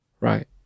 Right